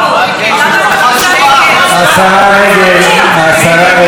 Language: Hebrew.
השרה רגב, השרה רגב, תודה.